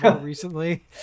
recently